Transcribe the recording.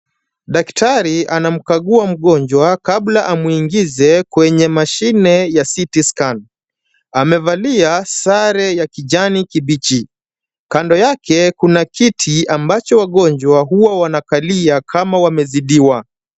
Daktari anamkaugua mgonjwa kabla amuingize kwenye machine ya CTC Scan . Amevalia sare ya kijani kibichi. Kando yake kuna kiti ambacho wangonjwa huwa wanakalia kama wamezidiwa.